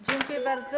Dziękuję bardzo.